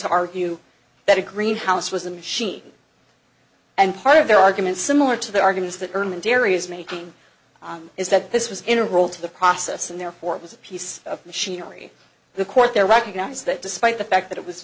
to argue that a greenhouse was a machine and part of their argument similar to the arguments that earn and dairy is making is that this was integral to the process and therefore it was a piece of machinery the court there recognise that despite the fact that it was